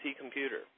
computer